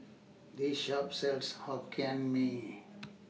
This Shop sells Hokkien Mee